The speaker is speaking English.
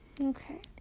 Okay